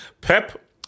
Pep